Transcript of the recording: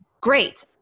Great